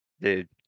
Dude